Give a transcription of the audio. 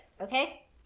okay